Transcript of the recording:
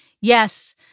yes